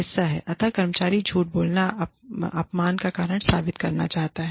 अत कर्मचारी झूठ बोलना अपमान का कारण साबित करना चाहता है